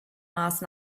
last